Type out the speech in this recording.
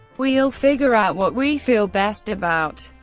we'll figure out what we feel best about.